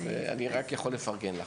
אז אני רק יכול לפרגן לך.